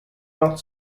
not